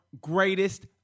Greatest